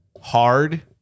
hard